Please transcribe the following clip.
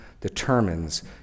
determines